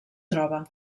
troba